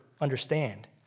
understand